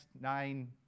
nine